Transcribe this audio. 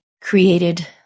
created